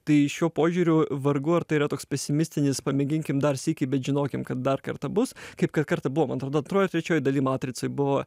tai šiuo požiūriu vargu ar tai yra toks pesimistinis pamėginkim dar sykį bet žinokim kad dar kartą bus kaip kad kartą buvo man atrodo antroj ar trečioj daly matricoj buvo